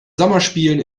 sommerspielen